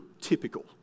typical